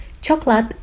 Chocolate